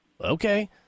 okay